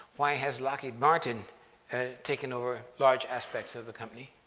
why has lockheed martin taken over large aspects of the company?